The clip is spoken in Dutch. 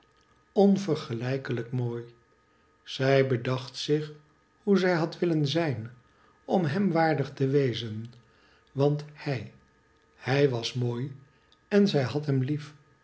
onvergelijkelijk mooi zij bedacht zich hoe zij had willen zijn om hem waardig te wezen want hij hij was mooi en zij had hem lief